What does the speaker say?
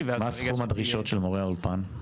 --- מה סכום הדרישות של מורי האולפן?